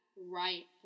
right